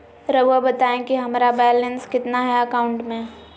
रहुआ बताएं कि हमारा बैलेंस कितना है अकाउंट में?